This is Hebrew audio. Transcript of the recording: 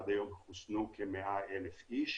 עד היום חוסנו כ-100,000 איש.